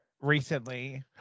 Recently